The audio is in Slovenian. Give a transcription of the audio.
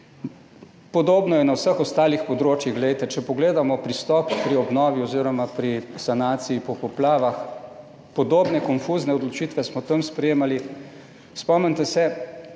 Podobno je na vseh ostalih področjih. Glejte, če pogledamo pristop pri obnovi oz. pri sanaciji po poplavah, podobne konfuzne odločitve smo tam sprejemali. Spomnite se,